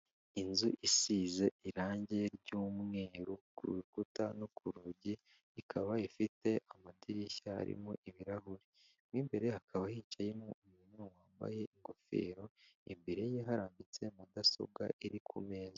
Inzu isize irangi ry'umweru ku rukuta no ku rugi ikaba ifite amadirishya harimo ibirahuri. Mo imbere hakaba hicayemo umuntu wambaye ingofero imbere ye harambitse mudasobwa iri ku meza.